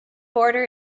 border